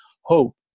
hope